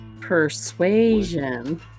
Persuasion